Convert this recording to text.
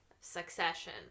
Succession